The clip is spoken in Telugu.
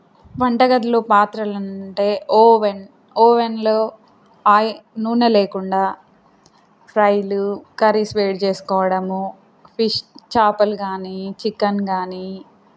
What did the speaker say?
వంట గదిలో పాత్రలంటే ఓవెన్ ఓపెన్లో ఆయ నూనె లేకుండా ఫ్రైలు కర్రీస్ వేడి చేసుకోవడము ఫిష్ చేపలు కానీ చికెన్ కానీ